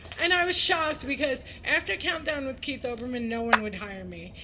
and i was shocked, because after countdown with keith olbermann, no one would hire me.